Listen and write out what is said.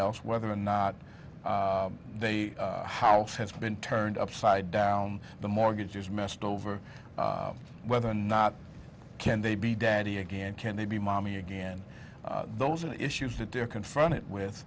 else whether or not the house has been turned upside down the mortgage is messed over whether or not can they be daddy again can they be mommy again those are the issues that they're confronted with